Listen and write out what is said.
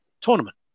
tournament